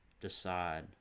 decide